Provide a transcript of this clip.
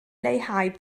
leihau